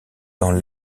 dans